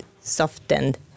softened